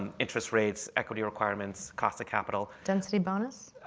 um interest rates, equity requirements, cost of capital, density bonus?